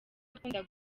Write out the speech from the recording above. akunda